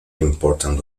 important